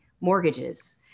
mortgages